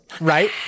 right